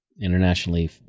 internationally